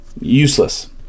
Useless